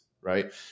Right